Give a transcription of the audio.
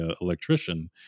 electrician